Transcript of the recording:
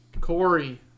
Corey